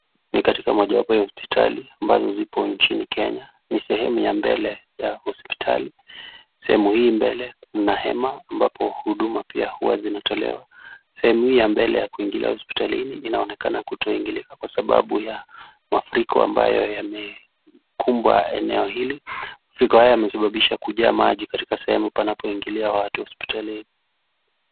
Ni katika mojawapo ya hospitali ambazo ziko nchini Kenya. Ni sehemu ya mbele ya hospitali. Sehemu hii ya mbele kuna hema ambapo huduma pia huwa inatolewa. Sehemu hii mbele ya kuingilia hospitalini inaonekana kutoingilika kwa sababu ya mafuriko ambayo yamekumba eneo hili. Mafuriko haya yamesababisha kujaa maji katika sehemu panapoingilia watu hospitalini.